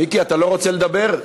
מיקי, אתה לא רוצה לדבר?